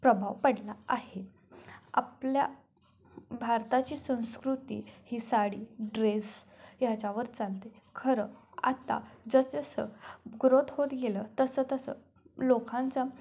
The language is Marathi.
प्रभाव पडला आहे आपल्या भारताची संस्कृती ही साडी ड्रेस ह्याच्यावर चालते खरं आत्ता जसं जसं ग्रोथ होत गेलं तसं तसं लोकांचा